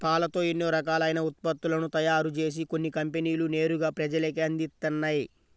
పాలతో ఎన్నో రకాలైన ఉత్పత్తులను తయారుజేసి కొన్ని కంపెనీలు నేరుగా ప్రజలకే అందిత్తన్నయ్